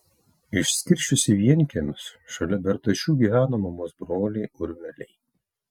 išskirsčius į vienkiemius šalia bertašių gyveno mamos broliai urveliai